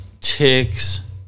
ticks